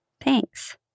thanks